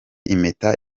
impeta